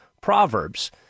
Proverbs